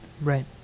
Right